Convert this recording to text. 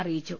അറിയിച്ചു